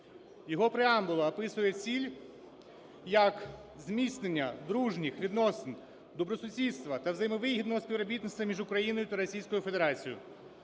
Його преамбула описує ціль як зміцнення дружніх відносин добросусідства та взаємовигідного співробітництва між Україною та Російською Федерацією.